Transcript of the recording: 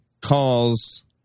calls